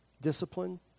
discipline